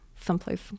someplace